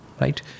right